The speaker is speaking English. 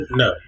no